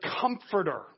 comforter